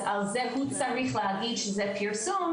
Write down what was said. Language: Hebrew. אז על זה הוא צריך להגיד שזה פרסום,